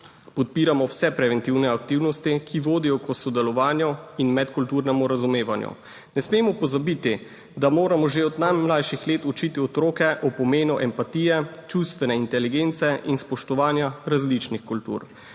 podpiramo vse preventivne aktivnosti, ki vodijo k sodelovanju in medkulturnemu razumevanju. Ne smemo pozabiti, da moramo že od najmlajših let učiti otroke o pomenu empatije, čustvene inteligence in spoštovanja različnih kultur.